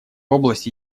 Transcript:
области